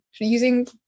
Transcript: using